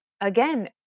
again